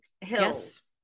Hills